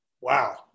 Wow